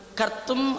Kartum